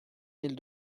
mille